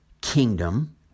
Kingdom